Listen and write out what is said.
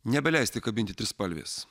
nebeleisti kabinti trispalvės